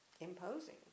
imposing